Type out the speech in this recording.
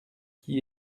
qui